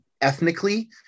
ethnically